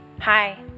Hi